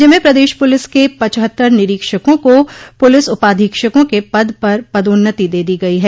राज्य में प्रदेश पुलिस के पचहत्तर निरीक्षकों को पुलिस उपाधीक्षकों के पद पर पदोन्नति दे दी गई है